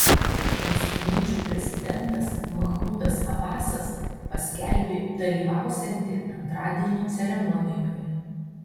palestiniečių prezidentas mahmudas abasas paskelbė dalyvausianti antradienio ceremonijoje